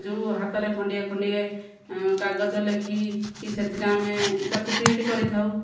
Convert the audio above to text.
ଯେଉଁ ହାତରେ ଖଣ୍ଡିଏ ଖଣ୍ଡିଏ କାଗଜ ଲେଖି କି ସେଥିରେ ଆମେ ତାକୁ ପ୍ରିଣ୍ଟ କରିଥାଉ